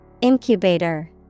Incubator